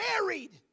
married